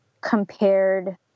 compared